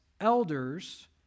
elders